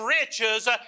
riches